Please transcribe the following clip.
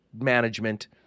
management